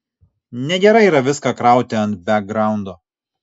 negerai yra viską krauti ant bekgraundo